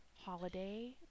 holiday